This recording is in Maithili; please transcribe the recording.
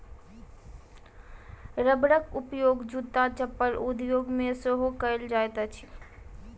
रबरक उपयोग जूत्ता चप्पल उद्योग मे सेहो कएल जाइत अछि